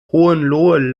hohenlohe